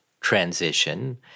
transition